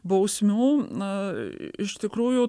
bausmių na iš tikrųjų